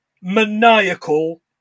maniacal